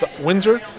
Windsor